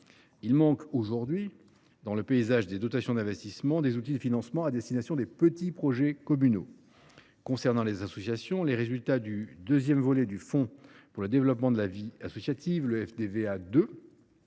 Il manque aujourd’hui, dans la palette des dotations d’investissement, des outils de financement à destination des petits projets communaux. En ce qui concerne les associations, les résultats du second volet du fonds pour le développement de la vie associative, le FDVA 2,